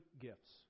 gifts